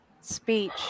speech